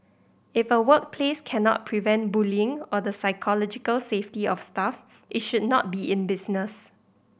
if a workplace cannot prevent bullying or the psychological safety of staff it should not be in business